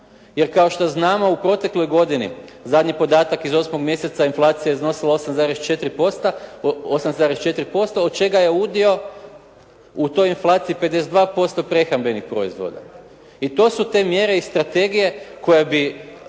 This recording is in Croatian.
Jer kao što znamo u protekloj godini zadnji podatak iz 8. mjeseca inflacija je iznosila 8,4% od čega je udio u toj inflaciji 52% prehrambenih proizvoda i to su te mjere i strategije koje bi